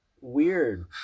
Weird